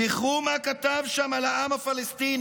זכרו מה כתב שם על העם הפלסטיני,